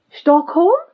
Stockholm